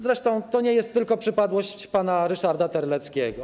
Zresztą to nie jest tylko przypadłość pana Ryszarda Terleckiego.